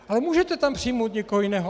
Ale můžete tam přijmout někoho jiného.